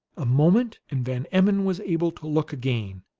a moment and van emmon was able to look again,